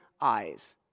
eyes